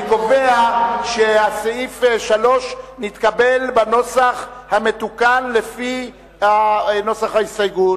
אני קובע שסעיף 3 נתקבל בנוסח המתוקן לפי נוסח ההסתייגות.